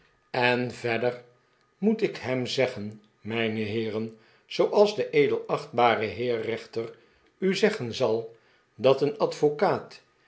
en verder moet ik hem zeggen mijne heeren zooals de edelachtbare heer rechter u zeggen zal dat een advocaat